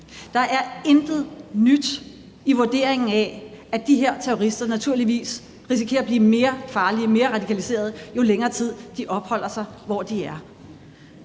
Det er intet nyt i vurderingen af, at de her terrorister naturligvis risikerer at blive mere farlige og mere radikaliserede, jo længere tid de opholder sig, hvor de er.